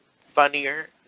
funnier